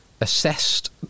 assessed